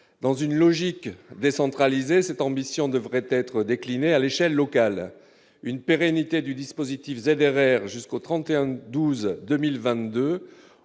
dans une logique décentraliser cette ambition devrait être décliné à l'échelle locale une pérennité du dispositif jusqu'au 31 12 2020,